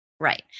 Right